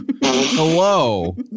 Hello